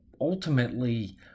ultimately